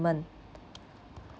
environment